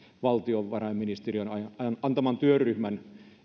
valtiovarainministeriön työryhmän